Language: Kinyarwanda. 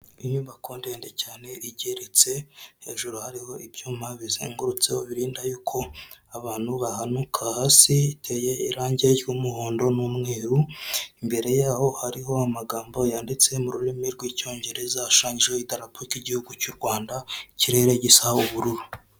Inyubako ndende cyane igeretse hejuru hariho ibyuma bizengurutse birinda yuko abantu bahanuka hasi ,iteyeho irangi ry'umuhondo n'umweru imbere yaho hariho amagambo yanditse mu rurimi rw'icyongereza ,ashushanyijeho idarapo ry' igihugu cy'u Rwanda ikirere gisa ubururu.